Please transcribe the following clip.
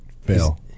fail